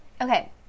okay